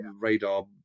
radar